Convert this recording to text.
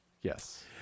Yes